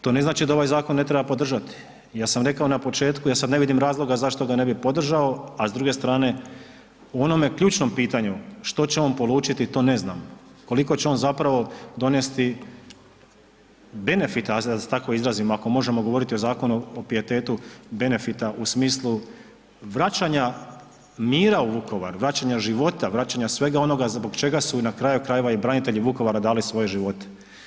To ne znači da ovaj zakon ne treba podržati, ja sam rekao na početku ja sada ne vidim razloga zašto ga ne bi podržao, a s druge strane u onome ključnom pitanju što će on polučiti, to ne znam, koliko će on zapravo donesti benefita, da se tako izrazim, ako možemo govoriti o zakonu o pijetetu benefita u smislu vraćanja mira u Vukovar, vraćanja života, vraćanja svega onoga zbog čega su na kraju krajeva i branitelji Vukovara dali svoje živote.